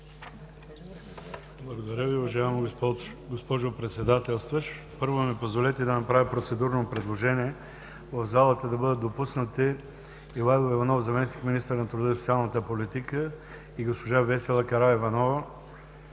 Благодаря Ви, уважаема госпожо Председател. Първо ми позволете да направя процедурно предложение в залата да бъдат допуснати: Ивайло Иванов – заместник-министър на труда и социалната политика, и госпожа Весела Караиванова